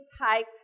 type